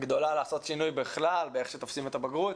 גדולה לעשות שינוי בכלל באיך שתופסים את הבגרות,